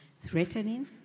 Threatening